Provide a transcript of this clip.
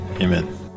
Amen